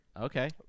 Okay